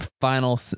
final